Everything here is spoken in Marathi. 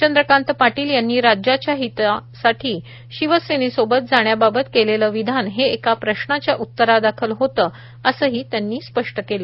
चंद्रकांत पाटील यांनी राज्याच्या हितासाठी शिवसेनेसोबत जाण्याबाबत केलेलं विधान हे एका प्रश्नाच्या उत्तरादाखल होतं असही त्यांनी स्पष्ट केलं